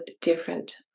different